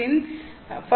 all வழங்கப்படுகிறது